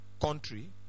country